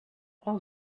all